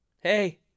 Hey